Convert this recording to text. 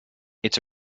its